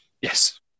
Yes